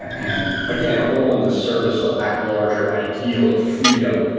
and again, all in the service of that larger ideal of freedom.